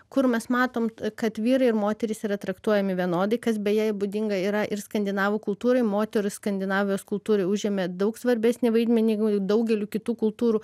kur mes matom kad vyrai ir moterys yra traktuojami vienodai kas beje būdinga yra ir skandinavų kultūrai moterys skandinavijos kultūroj užėmė daug svarbesnį vaidmenį negu daugelį kitų kultūrų